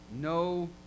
no